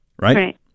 right